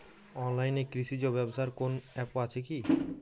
অনলাইনে কৃষিজ ব্যবসার কোন আ্যপ আছে কি?